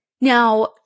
Now